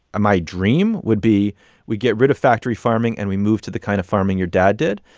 my dream would be we get rid of factory farming and we move to the kind of farming your dad did.